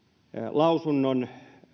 lausunnon